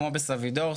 כמו בסבידור.